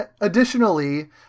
additionally